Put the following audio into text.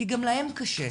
כי גם להם קשה.